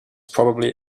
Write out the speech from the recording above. probably